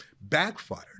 backfired